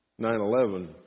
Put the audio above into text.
9-11